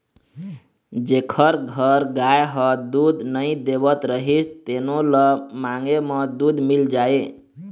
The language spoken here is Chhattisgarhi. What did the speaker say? जेखर घर गाय ह दूद नइ देवत रहिस तेनो ल मांगे म दूद मिल जाए